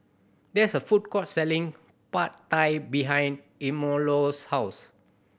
there is a food court selling Pad Thai behind house